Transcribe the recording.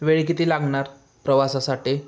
वेळी किती लागणार प्रवासासाठी